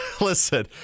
Listen